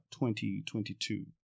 2022